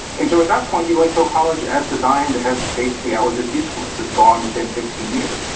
and so, at that point the electoral college as designed, has basically outlived its usefulness. it's gone within fifteen years.